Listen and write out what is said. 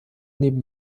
neben